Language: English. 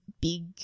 big